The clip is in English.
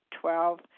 Twelve